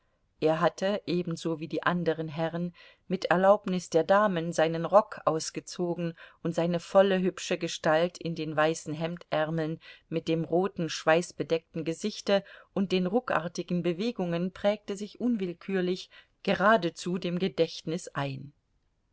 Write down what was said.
er hatte ebenso wie die andern herren mit erlaubnis der damen seinen rock ausgezogen und seine volle hübsche gestalt in den weißen hemdärmeln mit dem roten schweißbedeckten gesichte und den ruckartigen bewegungen prägte sich unwillkürlich geradezu dem gedächtnis ein